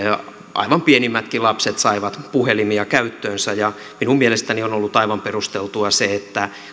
aivan pienimmätkin lapset saivat puhelimia käyttöönsä minun mielestäni on ollut aivan perusteltua se että